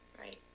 Right